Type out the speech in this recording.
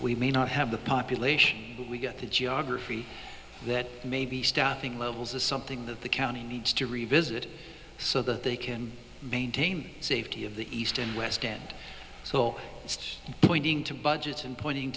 we may not have the population but we get the geography that maybe staffing levels is something that the county needs to revisit so that they can maintain safety of the east and west and so pointing to budgets and pointing